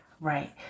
Right